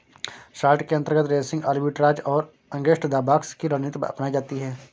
short के अंतर्गत racing arbitrage और अगेंस्ट द बॉक्स की रणनीति अपनाई जाती है